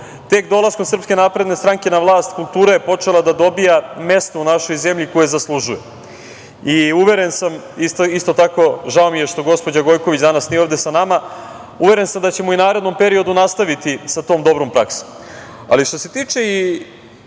dolaskom SNS na vlast, kultura je počela da dobija mesto u našoj zemlji koje zaslužuje. Uveren sam, isto tako, žao mi je što gospođa Gojković danas nije ovde sa nama, uveren sam da ćemo i u narednom periodu nastaviti sa tom dobrom praksom. Što se tiče i